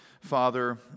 Father